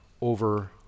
over